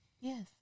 Yes